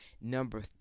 Number